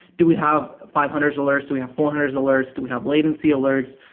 do we have five hundred s alerts? do we have four hundred s alerts? do we have latency alerts?